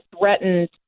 threatened